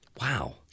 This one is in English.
Wow